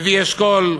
לוי אשכול,